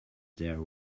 their